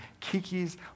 Kiki's